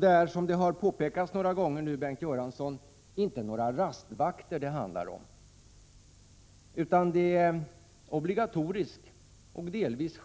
Det är som det har påpekats några gånger nu, Bengt Göransson, inte några rastvakter det handlar om, utan det är obligatorisk och delvis